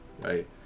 right